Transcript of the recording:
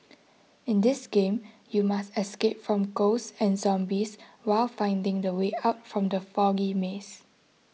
in this game you must escape from ghosts and zombies while finding the way out from the foggy maze